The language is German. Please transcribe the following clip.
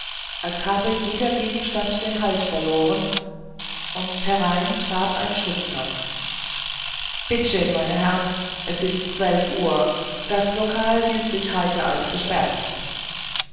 als habe jeder gegenstand den halt verloren und herein trat ein schutzmann bitte schän meine herren es is zwälf uhr das lakal gilt sich heite als gäsperrt